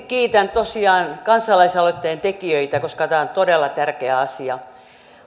kiitän tosiaan kansalaisaloitteen tekijöitä koska tämä on todella tärkeä asia